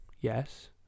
Yes